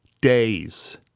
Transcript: Days